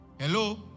Hello